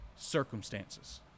circumstances